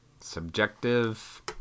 Subjective